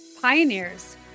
pioneers